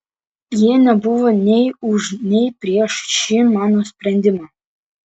jie nebuvo nei už nei prieš šį mano sprendimą